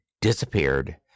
disappeared